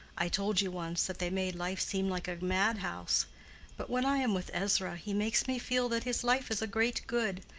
i told you once that they made life seem like a madhouse but when i am with ezra he makes me feel that his life is a great good,